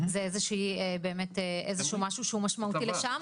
זה איזה שהוא משהו שהוא משמעותי לשם.